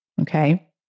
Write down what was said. Okay